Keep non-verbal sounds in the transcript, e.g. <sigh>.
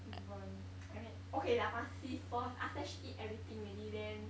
van~ <noise> I mean okay lah must see first after that she eat everything already then